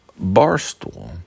Barstool